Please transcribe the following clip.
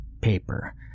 paper